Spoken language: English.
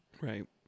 Right